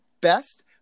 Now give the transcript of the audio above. best